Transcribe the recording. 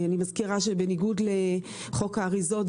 אני מזכירה שבניגוד לחוק האריזות,